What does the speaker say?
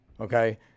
okay